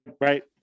right